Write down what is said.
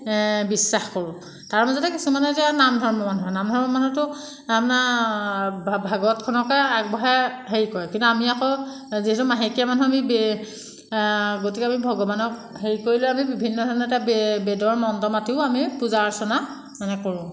বিশ্বাস কৰোঁ তাৰমাজতে কিছুমান যে নাম ধৰ্ম মানুহ নাম ধৰ্ম মানুহটো ভাগৱতখনকে আগবঢ়াই হেৰি কৰে কিন্তু আমি আকৌ যিজন মাহেকীয়া মানে গতিকে আমি ভগৱানক হেৰি কৰিলে আমি বিভিন্ন ধৰণে এটা বে বেদৰ মন্ত্ৰ মাতিও আমি পূজা অৰ্চনা মানে কৰোঁ